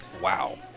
Wow